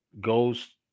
goes